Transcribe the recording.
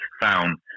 found